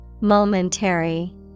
Momentary